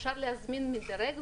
אפשר להזמין מדרג,